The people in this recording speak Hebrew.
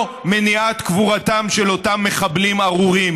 מניעת קבורתם של אותם מחבלים ארורים,